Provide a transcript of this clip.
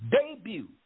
debut